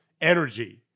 energy